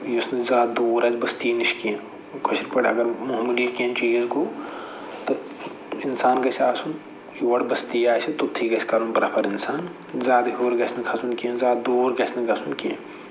یُس نہٕ زیادٕ دوٗر آسہِ بٔستی نِش کیٚنٛہہ کٲشٕر پٲٹھۍ اَگر معموٗلی کیٚنٛہہ چیٖز گوٚو تہٕ اِنسان گژھِ آسُن یور بٔستی آسہِ توٚتھٕے گژھِ کَرُن پرٛٮ۪فر اِنسان زیادٕ ہیوٚر گژھِ نہٕ کھسُن کیٚنٛہہ زیادٕ دوٗر گژھِ نہٕ گژھُن کیٚنٛہہ